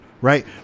right